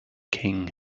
king